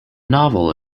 novel